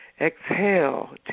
exhale